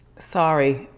sorry,